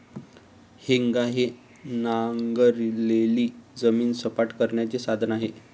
हेंगा हे नांगरलेली जमीन सपाट करण्याचे साधन आहे